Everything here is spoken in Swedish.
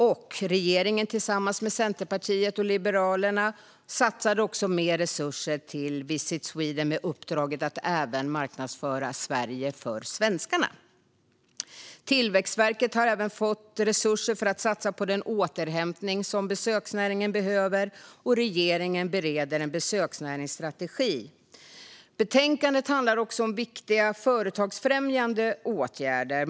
Regeringen satsade tillsammans med Centerpartiet och Liberalerna mer resurser på Visit Sweden med uppdraget att även marknadsföra Sverige för svenskarna. Tillväxtverket har även fått resurser att satsa på den återhämtning som besöksnäringen behöver. Regeringen bereder en besöksnäringsstrategi. Betänkandet handlar också om viktiga företagsfrämjande åtgärder.